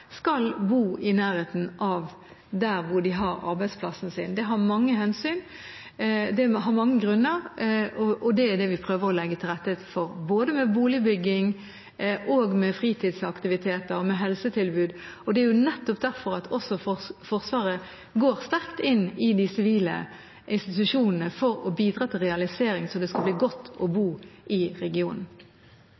skal bo i nærheten av der de har arbeidsplassen sin. Det er det mange grunner til, og det er det vi prøver å legge til rette for, både når det gjelder boligbygging, med fritidsaktiviteter og med helsetilbud. Det er jo nettopp derfor Forsvaret går sterkt inn i de sivile institusjonene, for å bidra til realisering, slik at det skal bli godt å bo